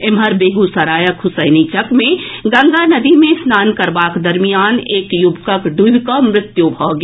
एम्हर बेगूसरायक हुसैनीचक मे गंगा नदी मे स्नान करबाक दरमियान एक युवकक डूबि कऽ मृत्यु भऽ गेल